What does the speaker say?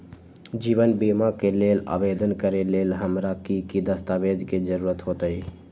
जीवन बीमा के लेल आवेदन करे लेल हमरा की की दस्तावेज के जरूरत होतई?